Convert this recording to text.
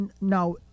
now